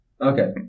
Okay